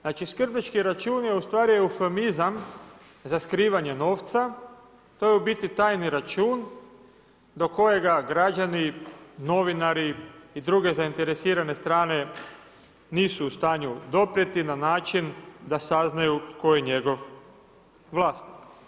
Znači skrbnički račun ustvari je eufemizam za skrivanje novca, to je u biti tajni račun do kojega građani , novinari i druge zainteresirane strane nisu u stanju doprijeti na način da saznaju tko je njegov vlasnik.